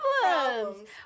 Problems